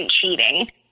cheating